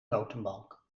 notenbalk